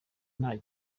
nta